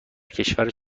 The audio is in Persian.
کشور